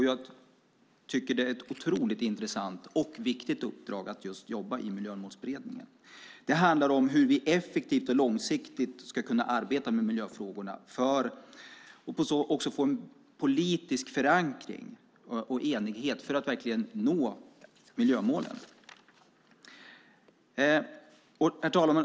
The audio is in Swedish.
Jag tycker att det är ett otroligt intressant och viktigt uppdrag att jobba i Miljömålsberedningen. Det handlar om hur vi effektivt och långsiktigt ska kunna arbeta med miljöfrågorna och få en politisk förankring och enighet för att verkligen nå miljömålen. Herr talman!